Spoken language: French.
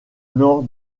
nord